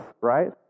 right